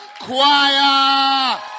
choir